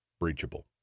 breachable